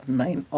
nine